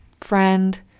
friend